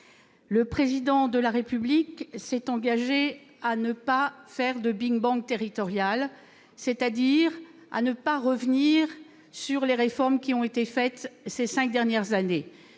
le Président de la République s'est engagé à ne pas faire de « big-bang territorial », c'est-à-dire à ne pas revenir sur les réformes lancées au cours des cinq dernières années.